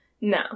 No